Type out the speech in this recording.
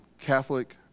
Catholic